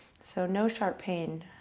so no sharp pain.